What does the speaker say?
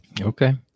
Okay